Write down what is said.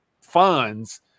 funds